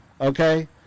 Okay